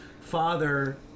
father